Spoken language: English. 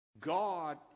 God